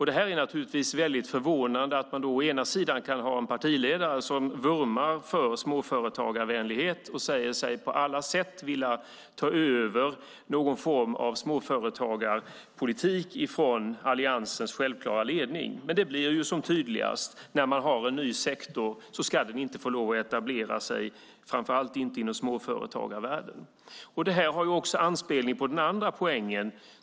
Det är naturligtvis väldigt förvånande att man kan ha en partiledare som vurmar för småföretagarvänlighet och säger sig på alla sätt vilja ta över någon form av småföretagarpolitik från Alliansens självklara ledning när det blir så tydligt: Har man en ny sektor ska den inte få lov att etablera sig - framför allt inte inom småföretagarvärlden. Detta har också anspelning på den andra poängen.